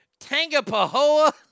Tangapahoa